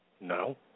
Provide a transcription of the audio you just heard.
No